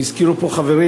והזכירו פה חברים,